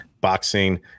boxing